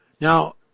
Now